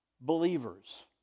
believers